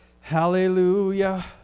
Hallelujah